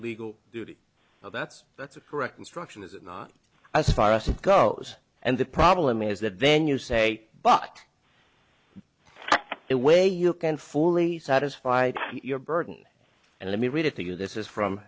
legal duty of that's that's a correct instruction is it not as far as it goes and the problem is that then you say but it way you can fully satisfy your burden and let me read it to you this is from